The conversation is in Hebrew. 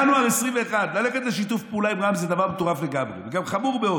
ינואר 2021: ללכת לשת"פ עם רע"מ זה דבר מטורף לגמרי וגם חמור מאוד,